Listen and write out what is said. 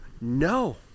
no